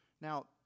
Now